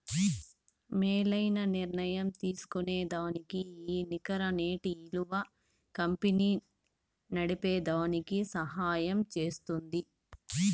మేలైన నిర్ణయం తీస్కోనేదానికి ఈ నికర నేటి ఇలువ కంపెనీ నడిపేదానికి సహయం జేస్తుంది